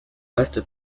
vaste